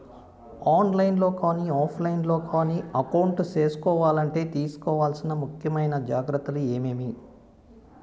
On line లో కానీ offline లో కానీ అకౌంట్ సేసుకోవాలంటే తీసుకోవాల్సిన ముఖ్యమైన జాగ్రత్తలు ఏమేమి?